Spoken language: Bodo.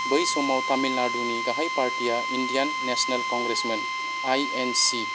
बै समाव तामिलनाडुनि गाहाय पार्टिया इन्डियान नेसनेल कंग्रेसमोन आइएनसी